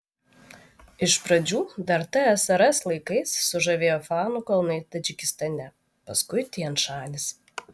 iš pradžių dar tsrs laikais sužavėjo fanų kalnai tadžikistane paskui tian šanis